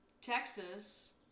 Texas